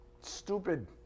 stupid